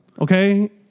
Okay